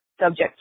subject